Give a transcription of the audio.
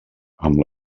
amb